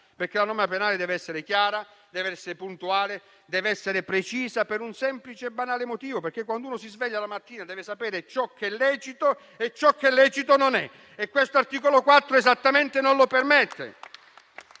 perché la norma penale deve essere chiara, puntuale e precisa, per un semplice e banale motivo: perché quando ci si sveglia la mattina si deve sapere ciò che è lecito e ciò che non lo è, e l'articolo 4 di questo testo non lo permette.